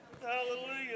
Hallelujah